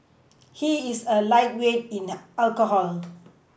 he is a lightweight in alcohol